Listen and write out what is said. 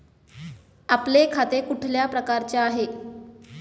आपले खाते कुठल्या प्रकारचे आहे?